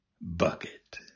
bucket